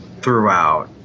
throughout